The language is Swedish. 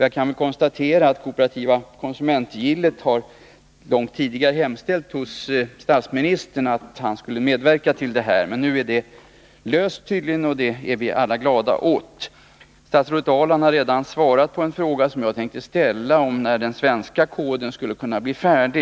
Jag kan väl konstatera att Kooperativa konsumentgillet långt tidigare har hemställt hos statsministern att han skulle medverka i detta avseende, men nu är frågan tydligen löst, och vi är alla glada åt det. Statsrådet Ahrland har redan svarat på en fråga som jag tänkte ställa, om när den svenska koden skulle kunna bli färdig.